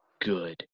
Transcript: good